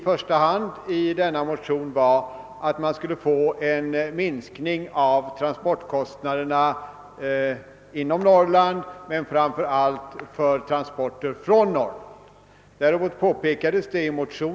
Förslagen i denna motion syftade till att åstadkomme en minskning av transportkostnaderna för transporter inom Norrland och framför allt för transporter från Norrland.